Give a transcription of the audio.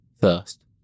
first